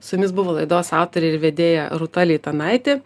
su jumis buvo laidos autorė ir vedėja rūta leitanaitė